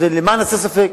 למען הסר ספק